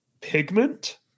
pigment